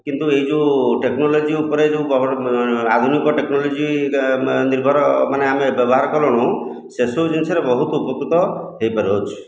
କିନ୍ତୁ ଏଇ ଯେଉଁ ଟେକ୍ନୋଲୋଜି ଉପରେ ଯେଉଁ ଆଧୁନିକ ଟେକ୍ନୋଲୋଜି ନିର୍ଭର ମାନେ ଆମେ ବ୍ୟବହାର କଲୁଣି ସେସବୁ ଜିନିଷରେ ବହୁତ ଉପକୃତ ହୋଇ ପାରୁଅଛୁ